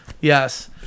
Yes